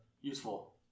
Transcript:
useful